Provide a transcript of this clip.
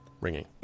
ringing